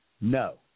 No